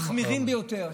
תסקירי סביבה מחמירים ביותר.